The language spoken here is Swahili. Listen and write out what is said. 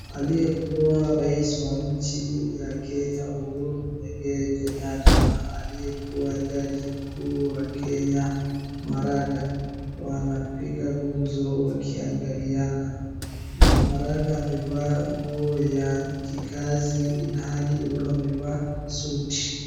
Aliyekuwa Rais wa nchi ya Kenya, Uhuru Muigai Kenyatta na aliyekuwa jaji mkuu wa Kenya Maraga, wanapiga gumzo wakiangaliana. Maraga amevaa nguo ya kikazi ilhali Uhuru amevaa suti.